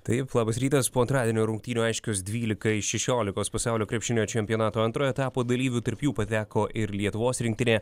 taip labas rytas po antradienio rungtynių aiškios dvylika iš šešiolikos pasaulio krepšinio čempionato antrojo etapo dalyvių tarp jų pateko ir lietuvos rinktinė